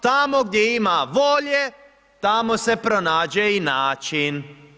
Tamo gdje ima volje, tamo se pronađe i način.